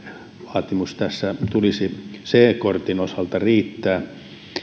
ikävaatimuksen tässä tulisi c kortin osalta riittää